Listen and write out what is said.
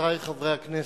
חברי חברי הכנסת,